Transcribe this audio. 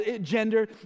gender